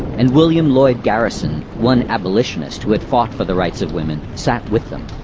and william lloyd garrison, one abolitionist who had fought for the rights of women, sat with them.